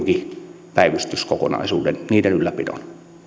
kirurgipäivystyskokonaisuuksien ylläpidon